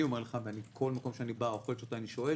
אני אומר לך, ובכל מקום שאני בא ואני שואל